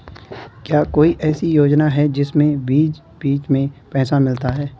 क्या कोई ऐसी योजना है जिसमें बीच बीच में पैसा मिलता रहे?